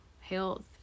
health